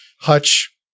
Hutch